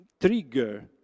trigger